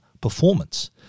performance